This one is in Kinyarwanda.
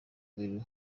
umubiri